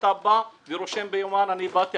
אתה בא ורושם ביומן: אני באתי,